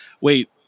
wait